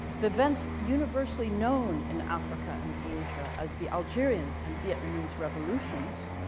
the events universally known in africa and asia as the algerian and vietnamese revolutions